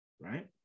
right